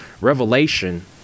Revelation